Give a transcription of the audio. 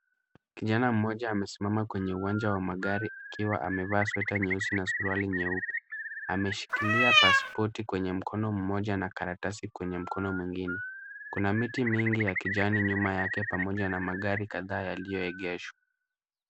Kijana mmoja amesimama kwenye uwanja wa magari akiwa amevaa sweta nyeusi na suruali nyeupe. Ameshikilia pasipoti kwenye mkono mmoja na karatasi kwenye mkono mwingine. Kuna miti mingi ya kijani nyuma yake pamoja na magari kadhaa yaliyoegeshwa.